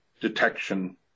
detection